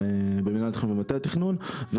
נעשה לזה דיון מיוחד,